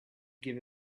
give